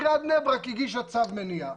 עיריית בני ברק הגישה צו מניעה.